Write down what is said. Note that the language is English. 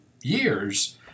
years